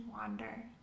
wander